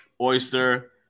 Oyster